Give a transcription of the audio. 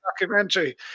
documentary